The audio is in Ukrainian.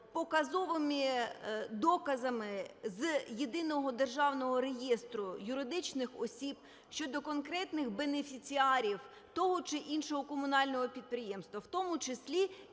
показовими доказами з Єдиного державного реєстру юридичних осіб щодо конкретних бенефіціарів того чи іншого комунального підприємства, в тому числі